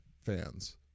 fans